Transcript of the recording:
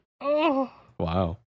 Wow